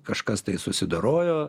kažkas tai susidorojo